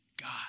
God